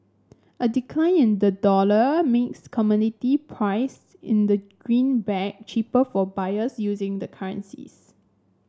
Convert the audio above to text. a decline in the dollar makes commodity priced in the greenback cheaper for buyers using the currencies